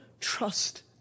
trust